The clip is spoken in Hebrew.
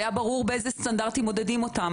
היה ברור באיזה סטנדרטים מודדים אותם.